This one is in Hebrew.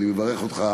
אבל אני מברך אותך,